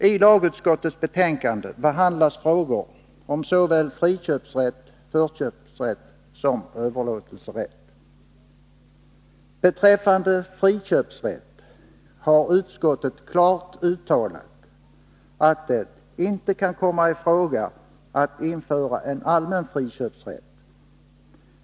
I lagutskottets betänkande behandlas frågor om såväl friköpsrätt och förköpsrätt som överlåtelserätt. Beträffande friköpsrätt har utskottet klart uttalat att det inte kan komma i fråga att införa en allmän friköpsrätt.